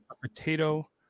potato